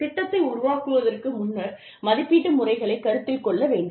திட்டத்தை உருவாக்குவதற்கு முன்னர் மதிப்பீட்டு முறைகளை கருத்தில் கொள்ள வேண்டும்